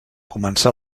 començà